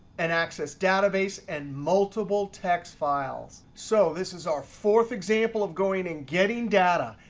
an access database, and multiple text files. so this is our fourth example of going and getting data.